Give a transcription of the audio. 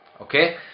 Okay